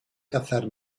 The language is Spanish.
cazar